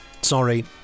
Sorry